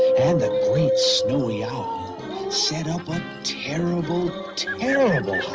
and the great snowy owl set up a terrible, terrible